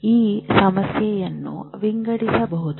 ಈ ಸಮಸ್ಯೆಯನ್ನು ವಿಂಗಡಿಸಬಹುದು